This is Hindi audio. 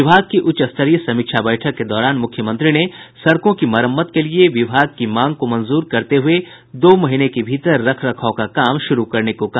विभाग की उच्च स्तरीय समीक्षा बैठक के दौरान मुख्यमंत्री ने सड़कों की मरम्मत के लिये विभाग की मांग को मंजूर करते हुये दो महीने के भीतर रख रखाव का काम शुरू करने को कहा